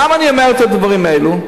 למה אני אומר את הדברים האלו,